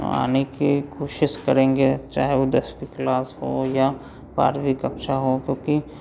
आने की कोशिश करेंगे चाहे वह दसवीं क्लास हो या बारहवीं कक्षा हो